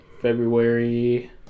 February